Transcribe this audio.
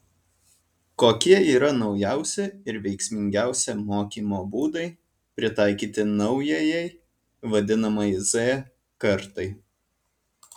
kokie yra naujausi ir veiksmingiausi mokymo būdai pritaikyti naujajai vadinamajai z kartai